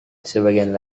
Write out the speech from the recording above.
sebagian